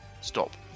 stop